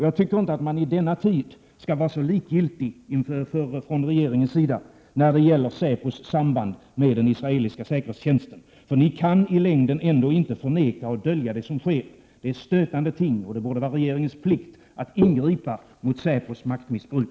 Jag tycker inte att regeringen i denna tid skall vara så likgiltig när det gäller säpos samband med den israeliska säkerhetstjänsten, eftersom regeringen i längden ändå inte kan förneka och dölja det som sker. Det är stötande ting, och det borde vara regeringens plikt att ingripa mot säpos maktmissbruk.